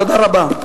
תודה רבה.